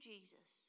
Jesus